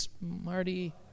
Marty